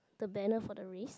the banner for the race